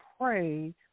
pray